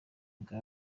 bwa